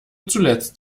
zuletzt